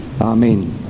Amen